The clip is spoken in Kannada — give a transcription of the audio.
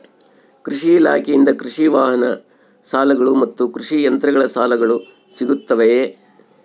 ಕೃಷಿ ಇಲಾಖೆಯಿಂದ ಕೃಷಿ ವಾಹನ ಸಾಲಗಳು ಮತ್ತು ಕೃಷಿ ಯಂತ್ರಗಳ ಸಾಲಗಳು ಸಿಗುತ್ತವೆಯೆ?